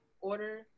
order